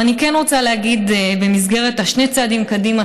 אבל אני כן רוצה להגיד במסגרת השני צעדים קדימה